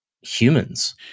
humans